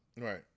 Right